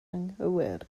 anghywir